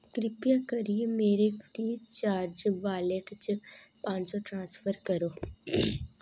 कृपा करियै मेरे फ्री चार्ज वालेट च पंज ट्रांसफर करो